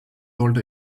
old